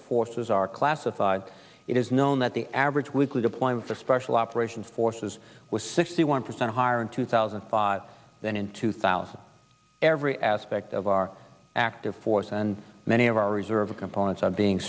forces are classified it is known that the average weekly deployment for special operations forces was sixty one percent higher in two thousand and five than in two thousand every aspect of our active force and many of our reserve components are being